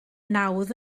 nawdd